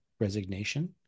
resignation